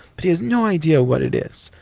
but he has no idea what it is,